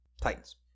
Titans